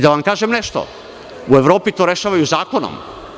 Da vam kažem nešto, u Evropi to rešavaju zakonom.